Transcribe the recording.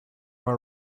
are